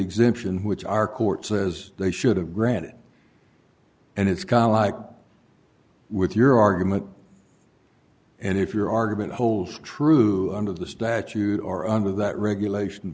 exemption which our court says they should have granted and it's got like with your argument and if your argument holds true under the statute or under that regulation